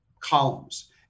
columns